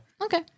Okay